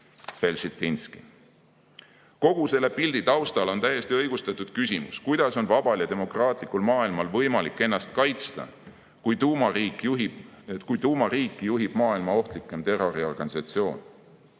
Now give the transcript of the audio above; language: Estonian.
Kogu selle pildi taustal on täiesti õigustatud küsimus, kuidas on vabal ja demokraatlikul maailmal võimalik ennast kaitsta, kui tuumariiki juhib maailma kõige ohtlikum terroriorganisatsioon.